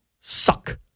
suck